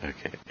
Okay